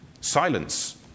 Silence